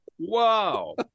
Wow